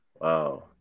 Wow